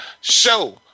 show